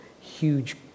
huge